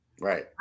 right